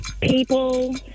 People